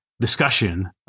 discussion